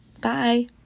Bye